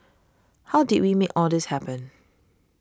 how did we make all this happen